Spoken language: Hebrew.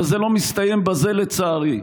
אבל זה לא מסתיים בזה, לצערי.